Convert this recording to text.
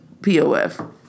POF